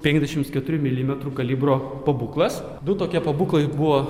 penkiasdešim keturių milimetrų kalibro pabūklas du tokie pabūklai buvo